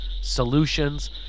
solutions